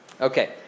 Okay